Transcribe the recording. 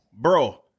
Bro